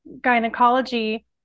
gynecology